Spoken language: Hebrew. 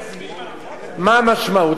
מה המשמעות,